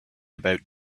about